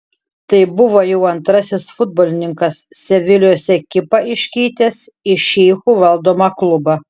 tai buvo jau antrasis futbolininkas sevilijos ekipą iškeitęs į šeichų valdomą klubą